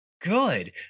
good